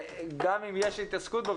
גם אם יש התעסקות בו,